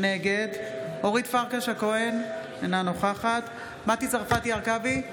נגד אורית פרקש הכהן, אינה נוכחת מטי צרפתי הרכבי,